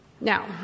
Now